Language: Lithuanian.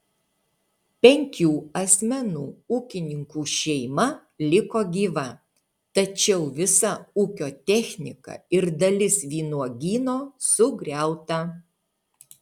penkių asmenų ūkininkų šeima liko gyva tačiau visa ūkio technika ir dalis vynuogyno sugriauta